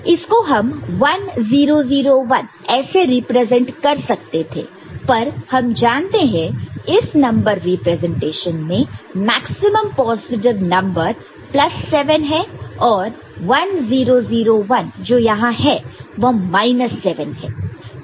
इसको हम 1 0 0 1 ऐसे रिप्रेजेंट कर सकते थे पर हम जानते हैं इस नंबर रिप्रेजेंटेशन में मैक्सिमम पॉजिटिव नंबर प्लस 7 है और 1 0 0 1 जो यहां है वह माइनस 7 है